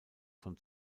von